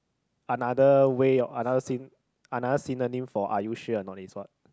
another way another syn~ another synonym for are you sure or not is what